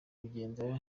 bugendera